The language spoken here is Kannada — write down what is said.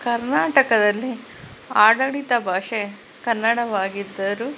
ಕರ್ನಾಟಕದಲ್ಲಿ ಆಡಳಿತ ಭಾಷೆ ಕನ್ನಡವಾಗಿದ್ದರೂ